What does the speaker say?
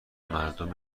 مردم